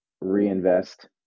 reinvest